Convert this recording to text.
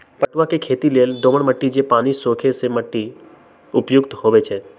पटूआ के खेती लेल दोमट माटि जे पानि सोखे से माटि उपयुक्त होइ छइ